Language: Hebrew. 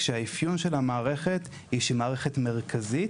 שהיא תהיה מערכת מרכזית.